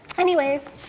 anyways.